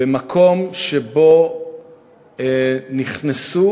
במקום שבו נכנסו